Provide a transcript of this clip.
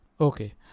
Okay